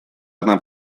она